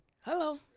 Hello